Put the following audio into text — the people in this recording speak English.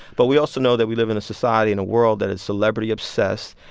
but we also know that we live in a society, in a world that is celebrity-obsessed,